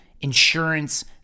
insurance